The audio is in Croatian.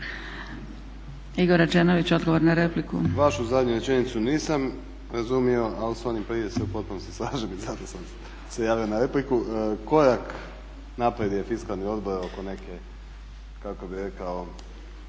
Igor Rađenović, odgovor na repliku.